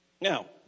Now